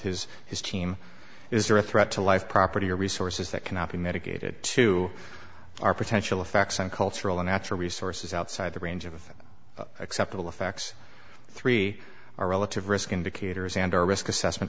his his team is there a threat to life property or resources that cannot be mitigated to our potential effects on cultural or natural resources outside the range of acceptable effects three or relative risk indicators and our risk assessment